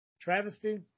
Travesty